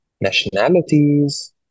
nationalities